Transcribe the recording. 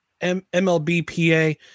MLBPA